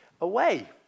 away